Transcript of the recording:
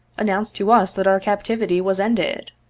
announced to us that our captivity was ended.